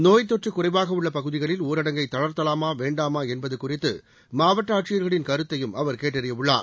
நோய்த்தொற்று குறைவாக உள்ள பகுதிகளில் ஊரடங்கை தளா்த்தலாமா வேண்டாமா என்பது குறித்து மாவட்ட ஆட்சியர்களின் கருத்தையும் அவர் கேட்டறிய உள்ளார்